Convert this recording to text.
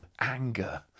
Anger